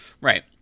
Right